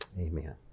Amen